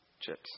chips